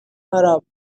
arab